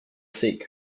seek